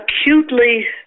acutely